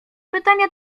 pytania